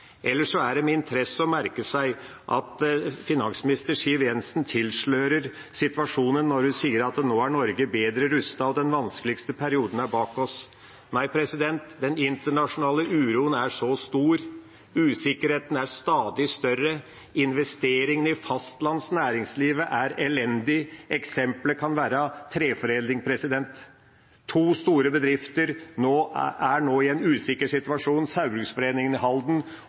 Ellers er det med interesse jeg merker meg at finansminister Siv Jensen tilslører situasjonen når hun sier at nå er Norge bedre rustet, og at den vanskeligste perioden er bak oss. Nei, den internasjonale uroen er så stor, usikkerheten er stadig større, og investeringer i fastlandsnæringslivet er elendig. Eksempelet kan være treforedling. To store bedrifter er nå i en usikker situasjon, Saugbrugsforeningen i Halden